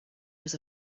was